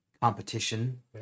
Competition